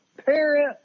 Parent